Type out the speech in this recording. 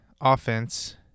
offense